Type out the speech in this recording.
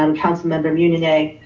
um council member munyaneh.